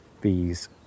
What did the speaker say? bees